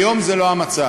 היום זה לא המצב.